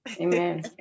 Amen